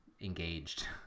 engaged